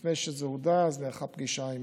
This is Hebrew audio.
לפני שזה הודע, נערכה פגישה עם